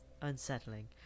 unsettling